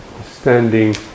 standing